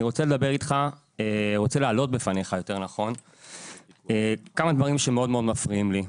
אני רוצה להעלות בפניך כמה דברים שמפריעים לי מאוד.